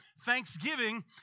thanksgiving